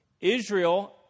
Israel